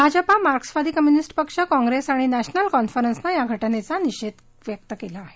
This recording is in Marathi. भाजपा मार्क्सवादी कम्युनिस्ट पक्ष काँप्रेस आणि नध्यमल कॉन्फरन्सनं या घटनेचा निषेध केला आहे